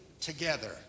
together